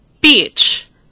Beach